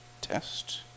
test